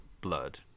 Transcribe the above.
blood